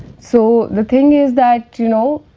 so, the thing is that you know,